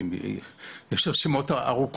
יש להם הרבה